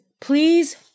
please